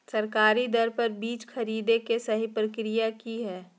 सरकारी दर पर बीज खरीदें के सही प्रक्रिया की हय?